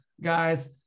guys